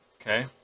Okay